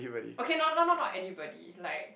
okay no not not not anybody like